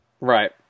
Right